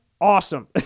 awesome